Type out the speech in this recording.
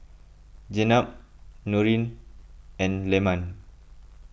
Jenab Nurin and Leman